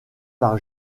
par